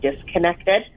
disconnected